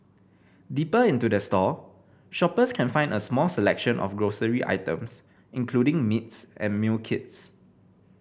deeper into the store shoppers can find a small selection of grocery items including meats and meal kits